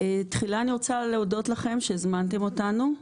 תחילה אני רוצה להודות לכם שהזמנתם אותנו,